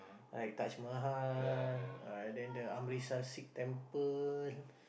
like Taj-Mahal right and the Amritsar temple